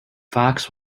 fox